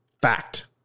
Fact